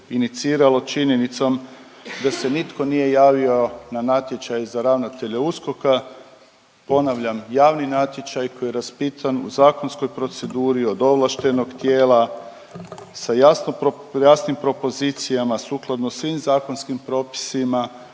iniciralo činjenicom da se nitko nije javio na natječaj za ravnatelja USKOK-a, ponavljam javni natječaj koji je raspisan u zakonskoj proceduri od ovlaštenog tijela sa jasnim propozicijama sukladno svim zakonskim propisima